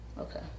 Okay